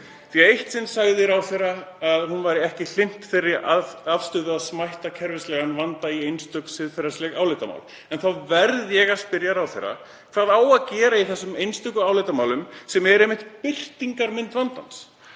málum. Eitt sinn sagði ráðherra að hún væri ekki hlynnt þeirri afstöðu að smætta kerfislægan vanda í einstök siðferðisleg álitamál. Þá verð ég að spyrja ráðherra: Hvað á að gera í þessum einstöku álitamálum sem eru einmitt birtingarmynd vandans?